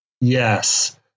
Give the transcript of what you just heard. Yes